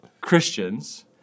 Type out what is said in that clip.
Christians